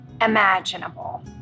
imaginable